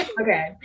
okay